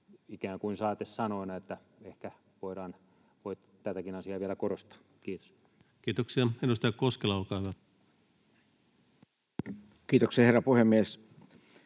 ikään kuin saatesanoina, että ehkä voidaan tätäkin asiaa vielä korostaa. — Kiitos. Kiitoksia. — Edustaja Koskela, olkaa hyvä. Kiitoksia, herra puhemies!